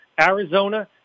Arizona